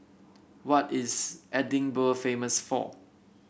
what is Edinburgh famous for